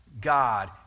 God